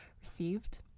received